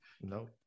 No